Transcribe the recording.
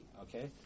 okay